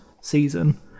season